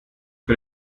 für